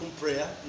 prayer